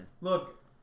Look